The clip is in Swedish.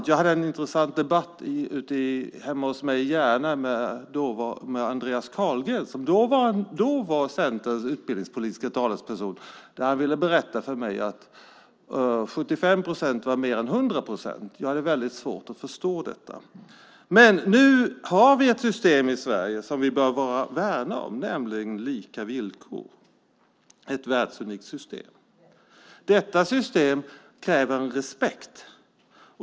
Jag hade en intressant debatt hemma hos mig i Järna med Andreas Carlgren som då var Centerns utbildningspolitiske talesperson. Då ville han berätta för mig att 75 procent var mer än 100 procent. Jag hade väldigt svårt att förstå detta. Nu har vi ett system i Sverige som vi bör värna om, nämligen lika villkor. Det är ett världsunikt system. Detta system kräver en respekt.